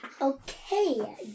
Okay